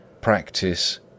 practice